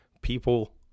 People